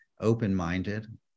open-minded